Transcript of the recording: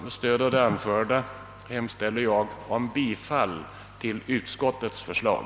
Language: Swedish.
Med stöd av det anförda hemställer jag om bifall till utskottets förslag.